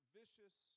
vicious